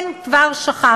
כן, כבר שכחנו.